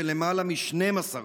בלמעלה מ-12%.